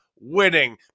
winning